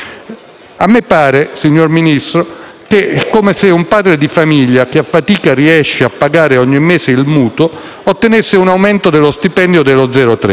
Ministeri. Signor Ministro, è come se un padre di famiglia, che a fatica riesce a pagare ogni mese il mutuo, ottenesse un aumento di stipendio dello 0,3